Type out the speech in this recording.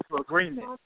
agreement